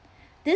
this